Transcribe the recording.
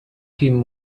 him